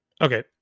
Okay